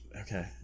Okay